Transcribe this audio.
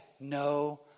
no